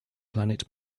planet